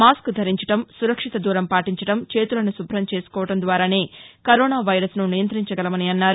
mask ధరించడం సురక్షిత దూరం పాటించడం చేతులను శుభం చేసుకోవడం ద్వారానే కరోనా వైరస్ను నియంతించగలమన్నారు